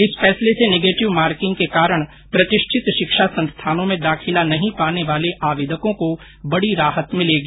इस फैसले से निगेटिव मार्किंग के कारण प्रतिष्ठित शिक्षा संस्थानों मेंदाखिला नहीं पाने वाले आवेदकों को बड़ी राहत मिलेगी